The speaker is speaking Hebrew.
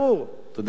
תודה לאדוני.